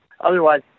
Otherwise